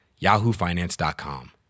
yahoofinance.com